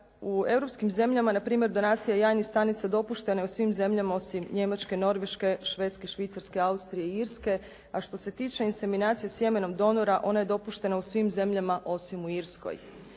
U europskim zemljama na primjer donacija jajnih stanica dopuštena je u svim zemljama osim Njemačke, Norveške, Švedske, Švicarske, Austrije i Irske a što se tiče inseminacije sjemenom donora ona je dopuštena u svim zemljama osim u Irskoj.